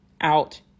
out